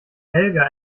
helga